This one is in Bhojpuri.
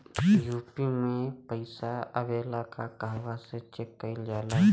यू.पी.आई मे पइसा आबेला त कहवा से चेक कईल जाला?